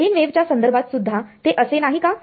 plain wave च्या संदर्भात सुद्धा ते असे नाही का